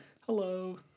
Hello